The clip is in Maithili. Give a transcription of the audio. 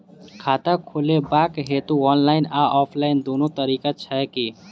खाता खोलेबाक हेतु ऑनलाइन आ ऑफलाइन दुनू तरीका छै की?